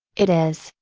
it is,